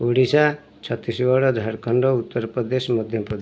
Odisha Chhattisgarh Jharkhand Uttar Pradesh ମଧ୍ୟପ୍ରଦେ